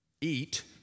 eat